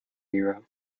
hero